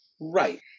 Right